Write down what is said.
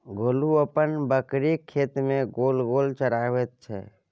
गोलू अपन बकरीकेँ खेत मे गोल गोल चराबैत छै